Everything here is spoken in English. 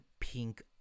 pink